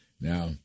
Now